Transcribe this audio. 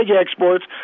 exports